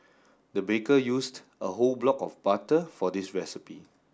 the baker used a whole block of butter for this recipe